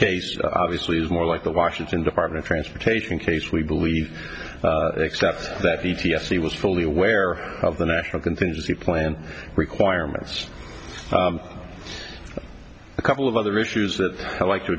case obviously is more like the washington department transportation case we believe except that the t s a was fully aware of the national contingency plan requirements a couple of other issues that i like to